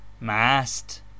mast